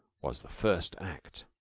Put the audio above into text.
was the first act.